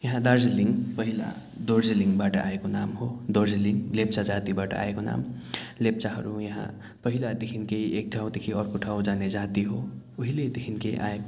यहाँ दार्जिलिङ पहिला दोर्जिलिङबाट आएको नाम हो दोर्जिलिङ लेप्चा जातिबाट आएको नाम लेप्चाहरू यहाँ पहिलादेखिकै एक ठाउँदेखि अर्को ठाउँ जाने जाति हो उहिल्यैदेखिकै आएको